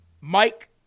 Mike